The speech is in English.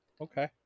Okay